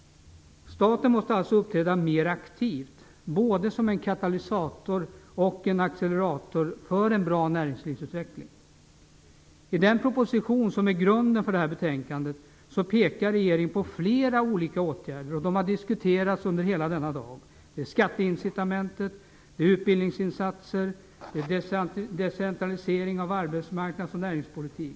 Staten måste alltså uppträda mer aktivt, både som en katalysator och en accelerator för en bra näringslivsutveckling. I den proposition som ligger till grund för det här betänkandet pekar regeringen på flera olika åtgärder. De har diskuterats under hela denna dag. Det är skatteincitamentet, det är utbildningsinsatser och det är decentralisering av arbetsmarknads och näringspolitik.